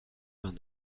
vingt